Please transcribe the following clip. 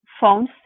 phones